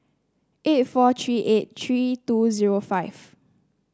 eight four three eight three two zero five